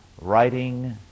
writing